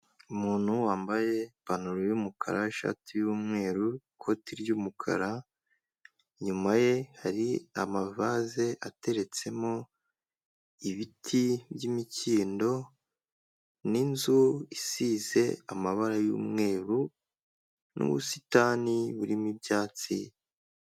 Umuntu wambaye ipantaro y'umukara, ishati y'umweru, ikoti ry'umukara, inyuma ye hari amavaze ateretsemo ibiti by'imikindo n'inzu isize amabara y'umweru, n'ubusitani burimo ibyatsi.